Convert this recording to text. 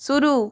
शुरू